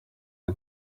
ari